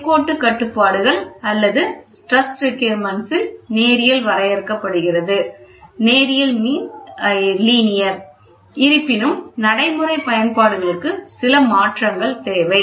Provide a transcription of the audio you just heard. நேர்கோட்டு கட்டுப்பாடுகள் அல்லது stress requirements ல் நேரியல் வரையறுக்கப்படுகிறது இருப்பினும் நடைமுறை பயன்பாடுகளுக்கு சில மாற்றங்கள் தேவை